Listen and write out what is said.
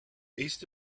east